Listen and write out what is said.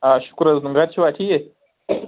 آ شُکُرحظ گرِ چھِوا ٹھیٖک